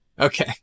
Okay